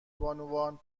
بانوان